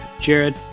Jared